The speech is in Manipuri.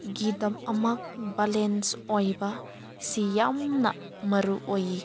ꯒꯤꯗꯃꯛ ꯕꯦꯂꯦꯟꯁ ꯑꯣꯏꯕ ꯁꯤ ꯌꯥꯝꯅ ꯃꯔꯨ ꯑꯣꯏꯌꯦ